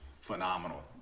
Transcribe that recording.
phenomenal